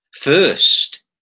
First